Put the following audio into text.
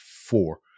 four